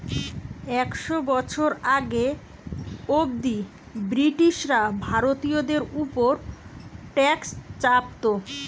একশ বছর আগে অব্দি ব্রিটিশরা ভারতীয়দের উপর ট্যাক্স চাপতো